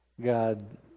God